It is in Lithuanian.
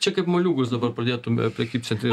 čia kaip moliūgus dabar pradėtum prekybcentry